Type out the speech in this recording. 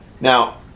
Now